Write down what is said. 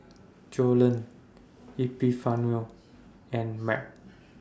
Joellen Epifanio and Marc